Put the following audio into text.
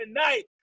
tonight